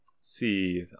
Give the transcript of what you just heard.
See